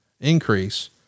increase